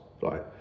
right